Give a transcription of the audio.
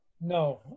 No